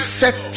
set